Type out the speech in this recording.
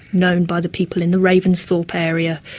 known by the people in the ravensthorpe area,